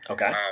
Okay